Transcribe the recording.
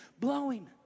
blowing